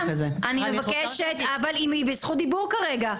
אני מבקשת, אבל היא בזכות דיבור כרגע.